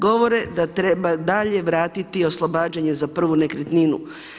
Govore da treba dalje vratiti oslobađanje za prvu nekretninu.